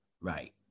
Right